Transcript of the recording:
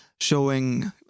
showing